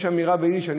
יש אמירה ביידיש,